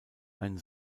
ein